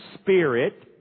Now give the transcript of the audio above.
spirit